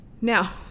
Now